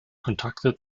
kontakte